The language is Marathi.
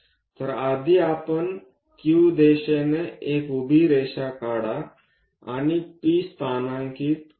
तर आधी आपण Q दिशेने एक उभी रेषा काढा आणि P स्थानांकित करूया